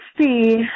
see